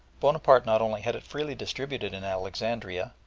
bonaparte not only had it freely distributed in alexandria,